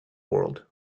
world